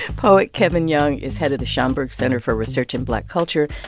poet kevin young is head of the schomburg center for research in black culture.